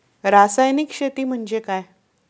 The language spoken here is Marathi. रासायनिक शेती म्हणजे काय?